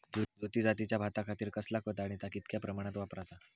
ज्योती जातीच्या भाताखातीर कसला खत आणि ता कितक्या प्रमाणात वापराचा?